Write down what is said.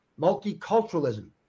multiculturalism